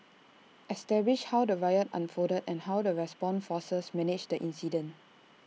establish how the riot unfolded and how the response forces managed the incident